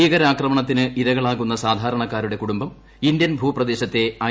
ഭീകരാക്രമണത്തിന് ഇരകളാകുന്ന സാധാരണക്കാരുടെ കുടുംബം ഇന്ത്യൻ ഭൂപ്രദേശത്തെ ഐ